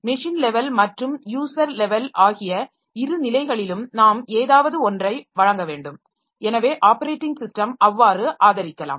machine level மற்றும் user level ஆகிய இரு நிலைகளிலும் நாம் ஏதாவது ஒன்றை வழங்க வேண்டும் எனவே ஆப்பரேட்டிங் ஸிஸ்டம் அவ்வாறு ஆதரிக்கலாம்